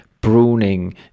pruning